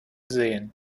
sähen